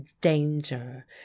danger